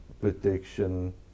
protection